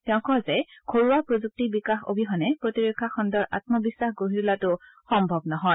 তেওঁ কয় যে ঘৰুৱা প্ৰযুক্তি বিকাশ অবিহনে প্ৰতিৰক্ষা খণ্ডৰ আত্মবিশ্বাস গঢ়ি তোলাটো সম্ভৱ নহয়